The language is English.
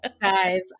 Guys